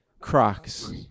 Crocs